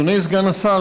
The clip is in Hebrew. אדוני סגן השר,